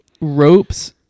ropes